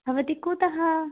भवती कुतः